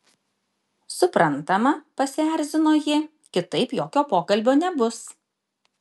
suprantama pasierzino ji kitaip jokio pokalbio nebus